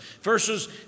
Verses